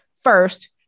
First